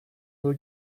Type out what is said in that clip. will